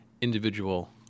individual